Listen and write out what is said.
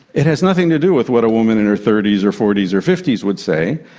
it has nothing to do with what a woman in her thirty s or forty s or fifty s would say,